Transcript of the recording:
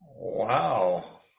Wow